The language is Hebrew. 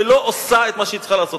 ולא עושה את מה שהיא צריכה לעשות.